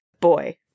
boy